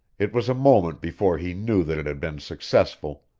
it was a moment before he knew that it had been successful,